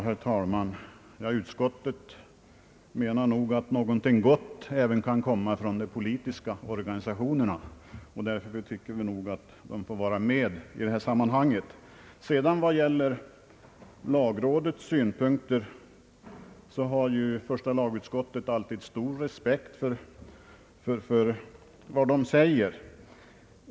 Herr talman! Utskottet menar nog att något gott kan komma även från de politiska organisationerna, och därför anser vi att de bör vara med i detta sammanhang. Vad gäller lagrådets synpunkter har första lagutskottet alltid stor respekt för vad det säger.